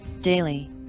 Daily